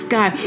God